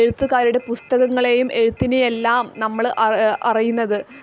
എഴുത്തുകാരുടെ പുസ്തങ്ങളെയും എഴുത്തിനേയുമെല്ലാം നമ്മൾ അറിയുന്നത്